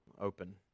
open